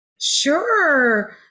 Sure